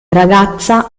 ragazza